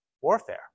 warfare